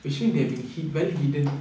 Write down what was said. which means they have been well hidden